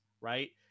right